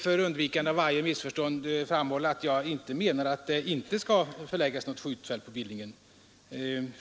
För undvikande av varje missförstånd vill jag dock framhålla att jag inte menar att det inte skall förläggas något skjutfält till Billingen.